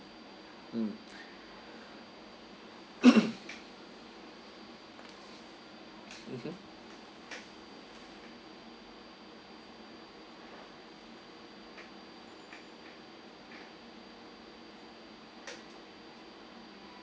mm mm hmm